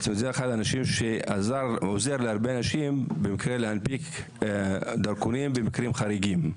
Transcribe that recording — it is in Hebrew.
זה אחד האנשים שעוזר להרבה אנשים להנפיק דרכונים במקרים חריגים.